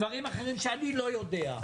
דברים אחרים שאני לא יודע.